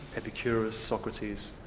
epicurus, socrates,